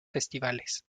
festivales